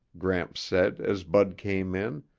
gramps said as bud came in,